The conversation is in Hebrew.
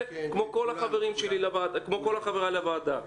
רק צריך עכשיו לחשוב מה עושים כשזה חוזר.